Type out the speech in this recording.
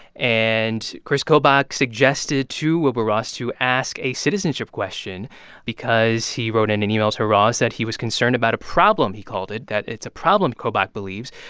and kris kobach suggested to wilbur ross to ask a citizenship question because he wrote in an email to ross that he was concerned about a problem he called it that it's a problem, kobach believes,